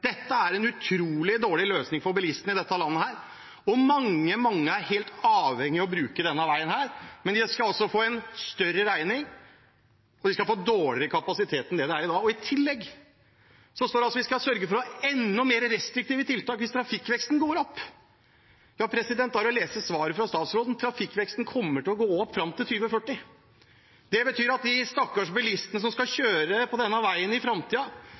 utrolig dårlig løsning for bilistene i dette landet, og mange, mange er helt avhengig av å bruke denne veien. Men de skal altså få en større regning, og de skal få dårligere kapasitet enn det det er i dag. I tillegg står det at vi skal sørge for å ha enda mer restriktive tiltak hvis trafikkveksten går opp. Da er det bare å lese svaret fra statsråden: Trafikkveksten kommer til å gå opp fram til 2040. Det betyr at de stakkars bilistene som skal kjøre på denne veien i